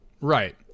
Right